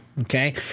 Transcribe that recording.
Okay